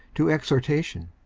to exhortation,